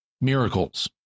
Miracles